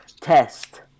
test